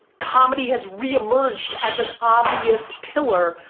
comedy has reemerged as an obvious pillar.